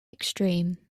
extreme